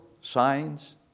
signs